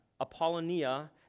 Apollonia